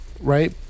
Right